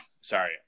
sorry